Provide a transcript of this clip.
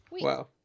wow